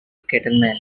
cattleman